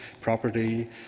property